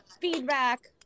feedback